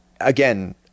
again